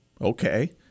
Okay